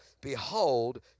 Behold